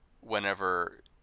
whenever